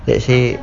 let's say